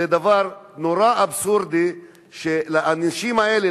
זה דבר נורא אבסורדי שלאנשים האלה,